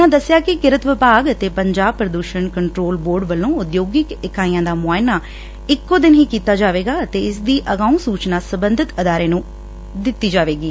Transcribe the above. ਉਨ੍ਹਾਂ ਦੱਸਿਆ ਕਿ ਕਿਰਤ ਵਿਭਾਗ ਅਤੇ ਪੰਜਾਬ ਪੁਦੁਸਣ ਕੰਟਰੋਲ ਬੋਰਡ ਵੱਲੋ ਉਦਯੋਗਿਕ ਇਕਾਈਆਂ ਦਾ ਮੁਆਇਨਾ ਇੱਕੋ ਦਿਨ ਹੀ ਕੀਤਾ ਜਾਵੇਗਾ ਅਤੇ ਇਸ ਦੀ ਅਗਾਉਂ ਸੁਚਨਾ ਸਬੰਧਤ ਅਦਾਰੇ ਨੂੰ ਦਿੱਤੀ ਹੋਵੇਗੀ